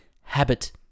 habit